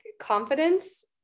confidence